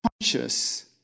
conscious